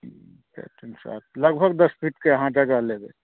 लगभग दस फिटके अहाँ जगह लेबै